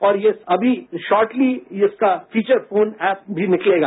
और अमी शॉर्टली इसका फीचर फोन ऐप भी निकलेगा